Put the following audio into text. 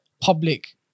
public